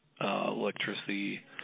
electricity